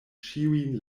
ĉiujn